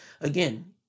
Again